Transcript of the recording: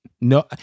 no